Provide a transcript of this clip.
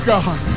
God